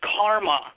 Karma